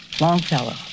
Longfellow